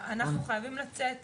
אנחנו חייבים לצאת